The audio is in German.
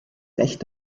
recht